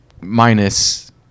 Minus